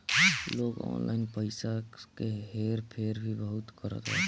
लोग ऑनलाइन पईसा के हेर फेर भी बहुत करत बाटे